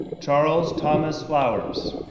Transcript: charles thomas flowers,